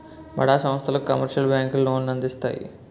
బడా సంస్థలకు కమర్షియల్ బ్యాంకులు లోన్లు అందిస్తాయి